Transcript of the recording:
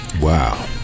Wow